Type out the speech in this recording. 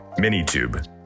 Minitube